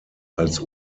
als